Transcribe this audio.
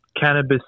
cannabis